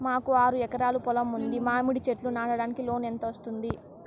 మాకు ఆరు ఎకరాలు పొలం ఉంది, మామిడి చెట్లు నాటడానికి లోను ఎంత వస్తుంది?